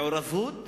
מעורבות,